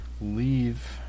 leave